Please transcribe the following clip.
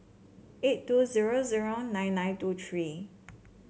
eight two zero zero nine nine two three